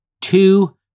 two